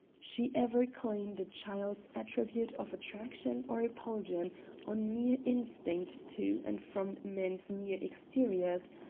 she ever claimed a child's attribute of attraction or repulsion on mere instinct to and from men's mere exteriors,